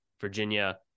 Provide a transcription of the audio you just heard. Virginia